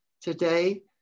Today